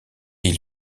ils